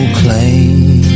claim